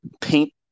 paint